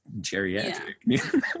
geriatric